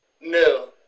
No